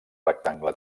rectangle